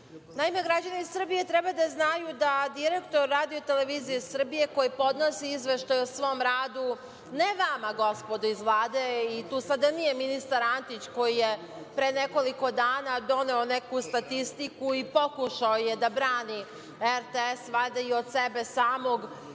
sve. Naime, građani Srbije treba da znaju da direktor RTS, koji podnosi izveštaj o svom radu, ne vama gospodo iz Vlade, i tu sada nije ministar Antić, koji je pre nekoliko dana doneo neku statistiku i pokušao je da brani RTS, valjda i od sebe samog,